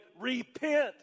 repent